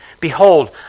Behold